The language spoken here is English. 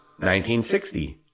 1960